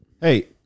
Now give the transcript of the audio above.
Hey